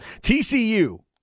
TCU